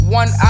one